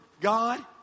God